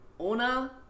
Una